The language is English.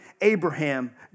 Abraham